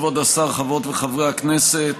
כבוד השר, חברות וחברי הכנסת,